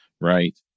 right